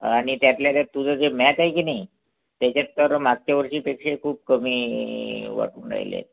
आणि त्यातल्या त्यात तुझं जे मॅथ आहे की नाही त्याच्यात तर मागच्या वर्षीपेक्षा खूप कमी वाटून राहिले आहेत